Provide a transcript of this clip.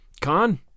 Con